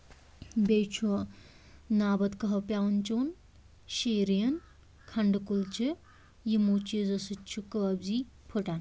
بیٚیہِ چھُ نابد کَہوٕ پٮ۪ونا چٮ۪و شیٖریٖن کھنڈٕ کُلچہِ یِمو چیٖزو سۭتۍ چھِ کٲبزِ پھٔٹان